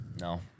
No